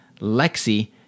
Lexi